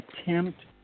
attempt